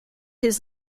his